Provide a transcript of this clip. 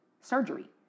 surgery